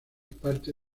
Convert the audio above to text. parte